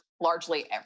largely